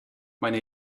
meine